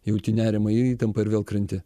jauti nerimą ir įtampą ir vėl krenti